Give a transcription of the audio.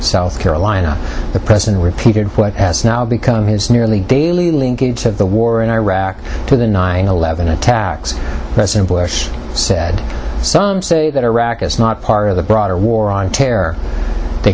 south carolina the president repeated what has now become his nearly daily link to the war in iraq to the nine eleven attacks president bush said some say that iraq is not part of the broader war on terror they